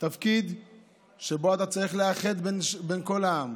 תפקיד שבו אתה צריך לאחד בין כל העם,